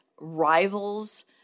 rivals